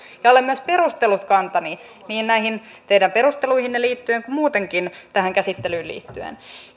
olen myös perustellut kantani niin näihin perusteluihinne liittyen kuin muutenkin tähän käsittelyyn liittyen